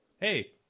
Hey